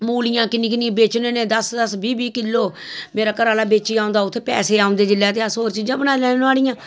मूलियां किन्नियां किन्नियां बेचने होन्ने दस दस बाह् बीह् किलो मेरा घरे आह्ला बेची औंदा उत्थै पैसे औंदे जिसलै ते अस होर चीजां बनाई लैन्ने नोहाड़ियां